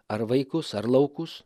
ar vaikus ar laukus